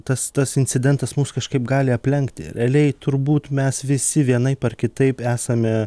tas tas incidentas mus kažkaip gali aplenkti realiai turbūt mes visi vienaip ar kitaip esame